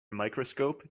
microscope